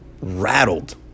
rattled